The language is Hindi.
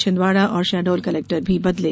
छिंडवाड़ा और शहडोल कलेक्टर भी बदले